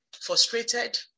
frustrated